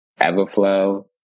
Everflow